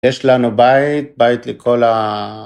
יש לנו בית, בית לכל ה...